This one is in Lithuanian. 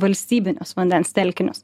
valstybinius vandens telkinius